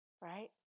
right